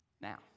Now